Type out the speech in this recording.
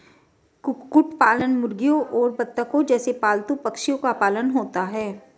कुक्कुट पालन मुर्गियों और बत्तखों जैसे पालतू पक्षियों का पालन होता है